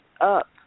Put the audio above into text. up